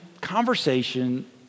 conversation